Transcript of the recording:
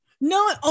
No